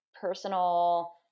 personal